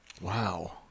Wow